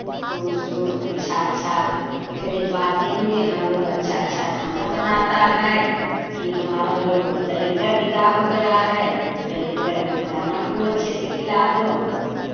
तो उसको अच्छा अच्छा एकरे बाद दिन में हम लोग अच्छा अच्छा खाना बनाते हैं कि हमारा लोग का दलिद्दर विदा हो गया है दलिद्दर को खाना खूब अच्छे से खिला दो